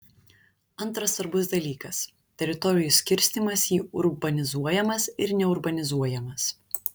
antras svarbus dalykas teritorijų skirstymas į urbanizuojamas ir neurbanizuojamas